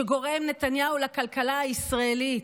שגורם נתניהו לכלכלה הישראלית,